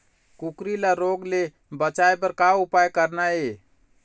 कुकरी ला रोग ले बचाए बर का उपाय करना ये?